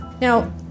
Now